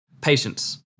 Patience